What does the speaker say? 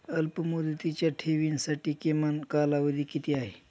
अल्पमुदतीच्या ठेवींसाठी किमान कालावधी किती आहे?